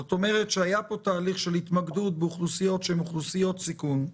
זאת אומרת שהיה פה תהליך של התמקדות באוכלוסיות שהן אוכלוסיות סיכון.